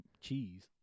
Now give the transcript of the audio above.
cheese